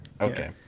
Okay